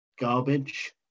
garbage